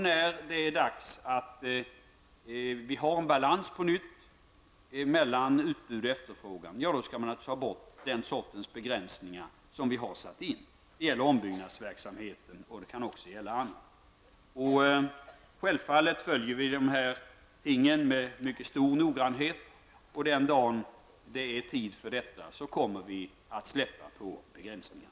När vi har en balans på nytt mellan utbud och efterfrågan skall vi naturligtvis ta bort den sortens begränsningar som vi har satt in. Det gäller ombyggnadsverksamhet och det kan också gälla annat. Självfallet följer vi dessa ting med mycket stor noggrannhet. Den dag det är tid för detta kommer vi att släppa efter på begränsningen.